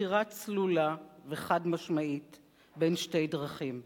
בחירה צלולה וחד-משמעית בין שתי דרכים: